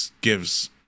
gives